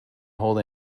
hold